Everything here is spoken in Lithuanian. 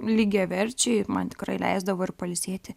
lygiaverčiai man tikrai leisdavo ir pailsėti